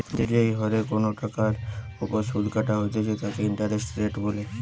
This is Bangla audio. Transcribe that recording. যেই হরে কোনো টাকার ওপর শুধ কাটা হইতেছে তাকে ইন্টারেস্ট রেট বলে